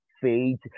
faith